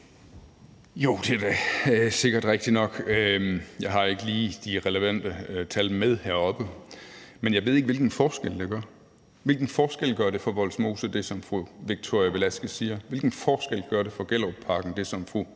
Jo, det er sikkert rigtigt nok – jeg har ikke lige de relevante tal med herop – men jeg ved ikke, hvilken forskel det gør. Hvilken forskel gør dét, som fru Victoria Velasquez siger, for Vollsmose; hvilken forskel gør dét, som fru